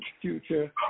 future